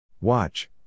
Watch